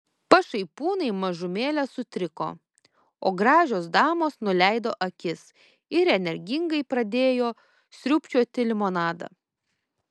pašaipūnai mažumėlę sutriko o gražios damos nuleido akis ir energingai pradėjo sriubčioti limonadą